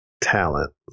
talent